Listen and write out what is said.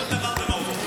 כל דבר במהות.